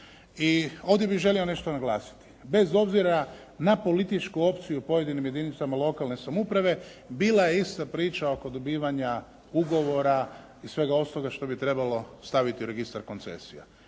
I ovdje bih želio nešto naglasiti, bez obzira na političku opciju u pojednim jedinicama lokalne samouprave, bila je ista priča oko dobivanja ugovora i svega ostaloga što bi trebalo staviti u registar koncesija,